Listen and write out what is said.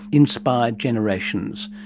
inspired generations.